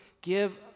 give